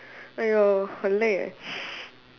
!aiyo! 很累 eh